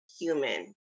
human